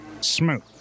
Smooth